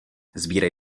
sbírej